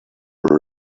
her